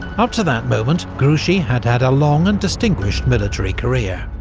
up to that moment, grouchy had had a long and distinguished military career.